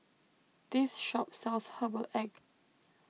this shop sells Herbal Egg